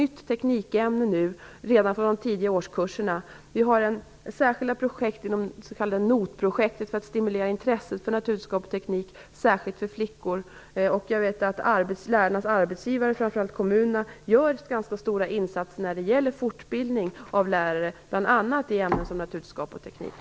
Redan från de tidiga årskurserna har vi ett nytt teknikämne. Vidare finns det s.k. NOT-projektet för att stimulera intresset för naturvetenskap och teknik, särskilt då med tanke på flickorna. Jag vet att lärarnas arbetsgivare, framför allt kommunerna, gör ganska stora insatser när det gäller fortbildning av lärare, bl.a. i ämnen som naturvetenskap och teknik.